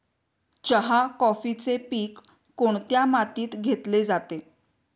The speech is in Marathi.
चहा, कॉफीचे पीक कोणत्या मातीत घेतले जाते?